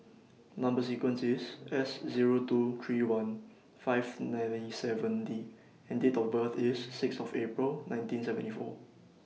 Number sequence IS S Zero two three one five nine seven D and Date of birth IS six of April nineteen seventy four